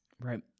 Right